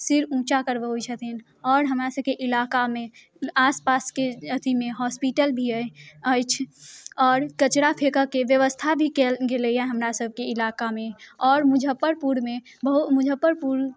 सिर ऊँचा करबबै छथिन आओर हमरा सभके इलाकामे आसपासके अथीमे हॉस्पिटल भी हय अछि आओर कचड़ा फेकऽके व्यवस्था भी कयल गेलैये हमरा सभके इलाका मे आओर मुजफ्फरपुरमे बहु मुजफ्फरपुरमे